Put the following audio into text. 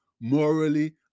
morally